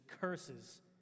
curses